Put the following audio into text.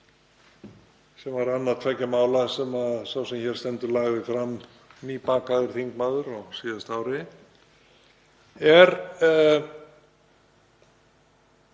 sem var annað tveggja mála sem sá sem hér stendur lagði fram, nýbakaður þingmaður á síðasta ári, er